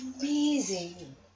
amazing